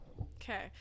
Okay